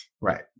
Right